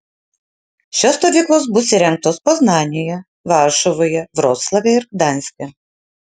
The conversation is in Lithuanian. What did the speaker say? šios stovyklos bus įrengtos poznanėje varšuvoje vroclave ir gdanske